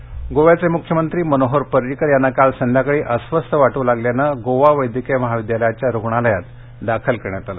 पर्रीकर गोव्याचे मुख्यमंत्री मनोहर पर्रीकर यांना काल संध्याकाळी अस्वस्थ वाटू लागल्याने गोवा वैद्यकीय महाविद्यालयाच्या रुग्णालयात दाखल करण्यात आल